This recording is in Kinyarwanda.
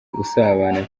usabana